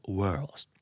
worlds